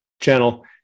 channel